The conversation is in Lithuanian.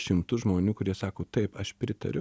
šimtus žmonių kurie sako taip aš pritariu